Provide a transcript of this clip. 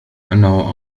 أنه